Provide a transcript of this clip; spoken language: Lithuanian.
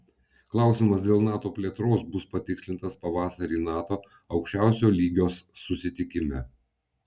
klausimas dėl nato plėtros bus patikslintas pavasarį nato aukščiausio lygios susitikime